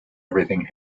everything